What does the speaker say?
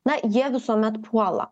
na jie visuomet puola